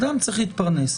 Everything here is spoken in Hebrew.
אדם צריך להתפרנס.